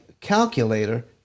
calculator